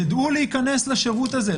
ידעו להיכנס לשירות הזה,